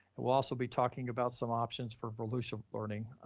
and we'll also be talking about some options for volusia learning,